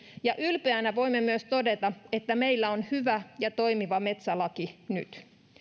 ja ylpeänä voimme myös todeta että meillä on hyvä ja toimiva metsälaki nyt